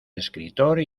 escritor